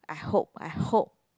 I hope I hope